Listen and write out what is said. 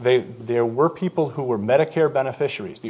they there were people who were medicare beneficiaries the